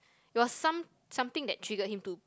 there was some something that triggered him to